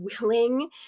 willing